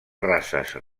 races